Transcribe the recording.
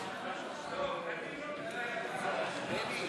הצעת חוק הצעת חוק קידום התחרות בענף המזון (תיקון,